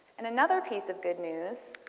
and another piece of good news,